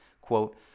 quote